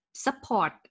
support